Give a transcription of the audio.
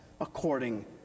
according